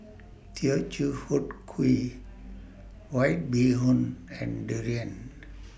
Teochew Huat Kuih White Bee Hoon and Durian